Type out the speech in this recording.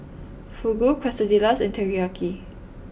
Fugu Quesadillas and Teriyaki